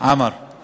מה הוא "אמר"?